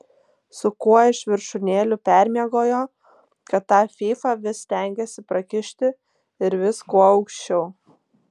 su kuo iš viršūnėlių permiegojo kad tą fyfą vis stengiasi prakišti ir vis kuo aukščiau